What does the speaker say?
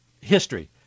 history